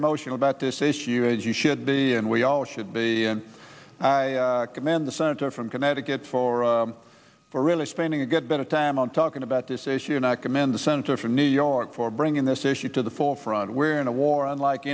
emotional about this issue as you should be and we all should be i commend the senator from connecticut for for really spending a good bit of time on talking about this issue and i commend the senator from new york for bringing this issue to the forefront we're in a war unlike